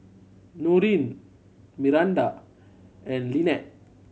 Norene Miranda and Lynette